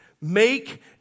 make